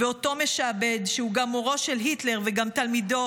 ואותו משעבד, שהוא גם מורו של היטלר וגם תלמידו,